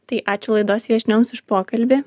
tai ačiū laidos viešnioms už pokalbį